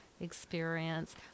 experience